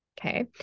okay